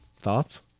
thoughts